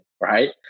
Right